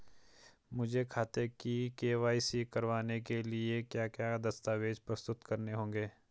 मुझे खाते की के.वाई.सी करवाने के लिए क्या क्या दस्तावेज़ प्रस्तुत करने होंगे?